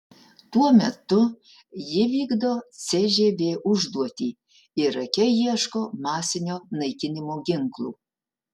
tuo metu ji vykdo cžv užduotį irake ieško masinio naikinimo ginklų